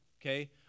okay